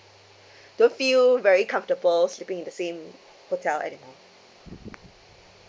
don't feel very comfortable sleeping in the same hotel anymore